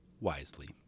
wisely